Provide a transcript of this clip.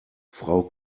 frau